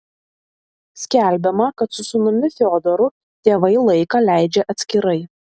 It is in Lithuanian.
skelbiama kad su sūnumi fiodoru tėvai laiką leidžia atskirai